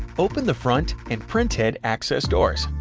open the front and printhead access doors.